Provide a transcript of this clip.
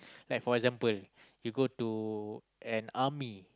like for example you go to an army